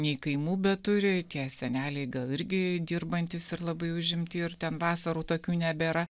nei kaimų beturi tie seneliai gal irgi dirbantys ir labai užimti ir ten vasarų tokių nebėra